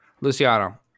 Luciano